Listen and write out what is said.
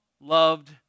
loved